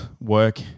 work